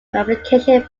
application